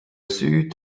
süd